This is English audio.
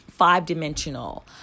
five-dimensional